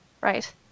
Right